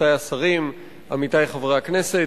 רבותי השרים, עמיתי חברי הכנסת,